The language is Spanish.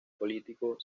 político